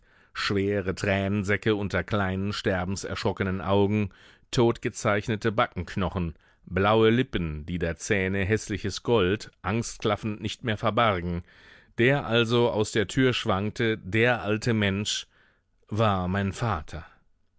schwere tränensäcke unter kleinen sterbenserschrockenen augen totgezeichnete backenknochen blaue lippen die der zähne häßliches gold angstklaffend nicht mehr verbargen der also aus der türe schwankte der alte mensch war mein vater